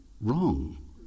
wrong